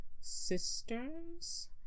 sisters